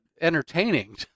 entertaining